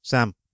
Sam